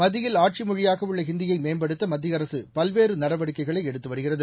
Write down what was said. மத்தியில் ஆட்சி மொழியாக உள்ள ஹிந்தியை மேம்படுத்த மத்திய அரசு பல்வேறு நடவடிக்கைகளை எடுத்து வருகிறது